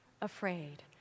afraid